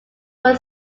ford